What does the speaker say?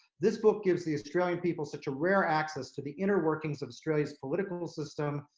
this book gives the australian people such a rare access to the inner workings of australia's political system,